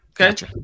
Okay